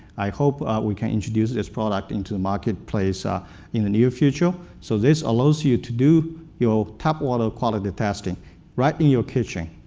i hope we can introduce this product into the marketplace ah in the near future. so this allows you to do your tap water quality testing right in your kitchen,